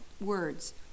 words